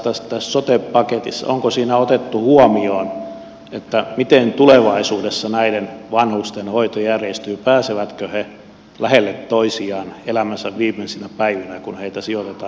onko sote paketissa otettu huomioon miten tulevaisuudessa näiden vanhusten hoito järjestyy pääsevätkö he lähelle toisiaan elämänsä viimeisinä päivinä kun heitä sijoitetaan hoitoon